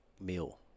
meal